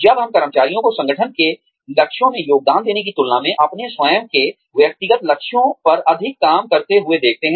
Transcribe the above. जब हम कर्मचारियों को संगठन के लक्ष्यों में योगदान देने की तुलना में अपने स्वयं के व्यक्तिगत लक्ष्यों पर अधिक काम करते हुए देखते हैं